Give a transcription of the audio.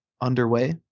underway